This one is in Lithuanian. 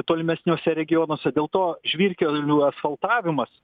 tolimesniuose regionuose dėl to žvyrkelių asfaltavimas